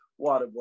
Waterboy